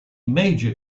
major